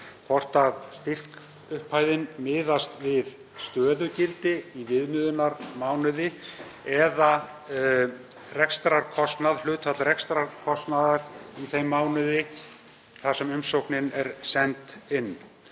hvort styrkupphæðin miðist við stöðugildi í viðmiðunarmánuði eða hlutfall rekstrarkostnaðar í þeim mánuði sem umsóknin er send inn.